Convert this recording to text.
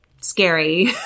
scary